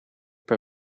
per